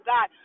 God